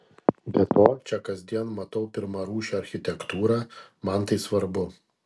be to čia kasdien matau pirmarūšę architektūrą man tai svarbu